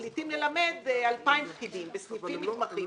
מחליטים ללמד 2,000 פקידים בסניפים מתמחים.